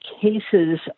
cases